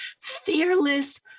fearless